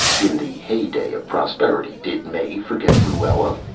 in the hey-day of prosperity did mae forget luella?